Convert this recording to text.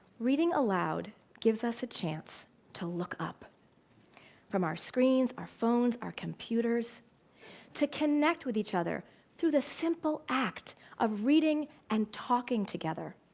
reading aloud gives us a chance to look up from our screens, our phones, our computers to connect with each other through the simple act of reading and talking together.